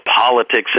politics